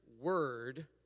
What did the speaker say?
word